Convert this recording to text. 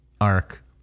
arc